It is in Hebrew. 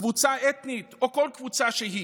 קבוצה אתנית או כל קבוצה שהיא.